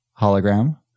Hologram